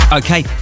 okay